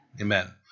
Amen